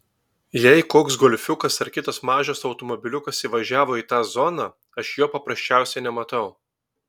jei koks golfiukas ar kitas mažas automobiliukas įvažiavo į tą zoną aš jo paprasčiausiai nematau